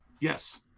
Yes